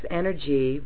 energy